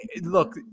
look